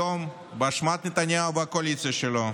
היום, באשמת נתניהו והקואליציה שלו,